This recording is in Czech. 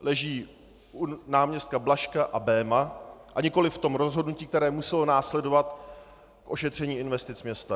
leží u náměstka Blažka a Béma, a nikoliv v tom rozhodnutí, které muselo následovat k ošetření investic města.